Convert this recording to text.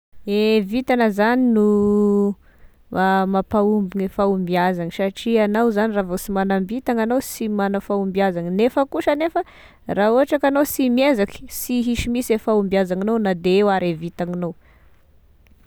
E vintana zany no mampahomby gne fahombiazany satria zany anao raha vao sy magnam-bitany agnao sy magna fahombiazana, nefa kosa nefany raha ohatry ka agnao sy miezaky, sy hisy misy e fahombiazananao na de eo ara e vintagninao.